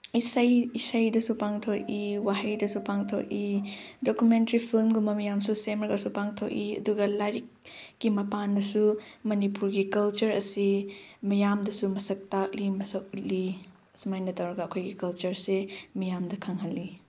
ꯏꯁꯩ ꯏꯁꯩꯗꯁꯨ ꯄꯥꯡꯊꯣꯛꯏ ꯋꯥꯍꯩꯗꯁꯨ ꯄꯥꯡꯊꯣꯛꯏ ꯗꯣꯀꯨꯃꯦꯟꯇ꯭ꯔꯤ ꯐꯤꯂꯝꯒꯨꯝꯕ ꯃꯌꯥꯝꯁꯨ ꯁꯦꯝꯂꯒꯁꯨ ꯄꯥꯡꯊꯣꯛꯏ ꯑꯗꯨꯒ ꯂꯥꯏꯔꯤꯛꯀꯤ ꯃꯄꯥꯟꯅꯁꯨ ꯃꯅꯤꯄꯨꯔꯒꯤ ꯀꯜꯆꯔ ꯑꯁꯤ ꯃꯤꯌꯥꯝꯗꯁꯨ ꯃꯁꯛ ꯇꯥꯛꯂꯤ ꯃꯁꯛ ꯎꯠꯂꯤ ꯑꯁꯨꯃꯥꯏꯅ ꯇꯧꯔꯒ ꯑꯩꯈꯣꯏꯒꯤ ꯀꯜꯆꯔꯁꯦ ꯃꯤꯌꯥꯝꯗ ꯈꯪꯍꯜꯂꯤ